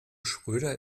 schröder